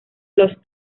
los